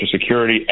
Security